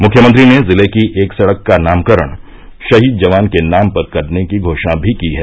मुख्यमंत्री ने जिले की एक सड़क का नामकरण शहीद जवान के नाम करने की घोषणा भी की है